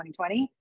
2020